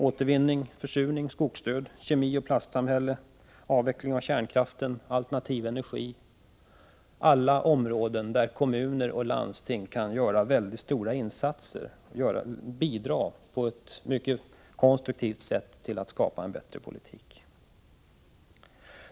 Återvinning, försurning, skogsdöd, kemioch plastsamhället, avveckling av kärnkraften, alternativ energi — allt detta hör till områden där kommuner och landsting kan göra mycket stora insatser och på ett mycket konstruktivt sätt bidra till att skapa en bättre politik.